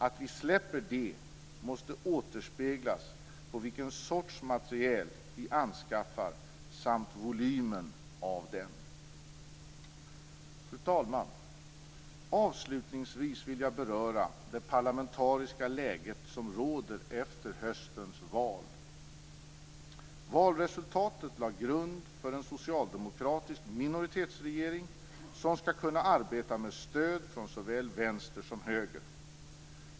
Att vi släpper det måste återspeglas i vilken sorts materiel vi anskaffar samt volymen av den. Fru talman! Avslutningsvis vill jag beröra det parlamentariska läge som råder efter höstens val. Valresultatet lade grund för en socialdemokratisk minoritetsregering, som skall kunna arbeta med stöd från såväl vänster som höger.